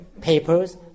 papers